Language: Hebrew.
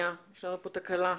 (הישיבה נפסקה בשעה 11:00